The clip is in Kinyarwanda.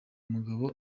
umugabo